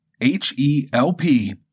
H-E-L-P